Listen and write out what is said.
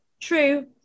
True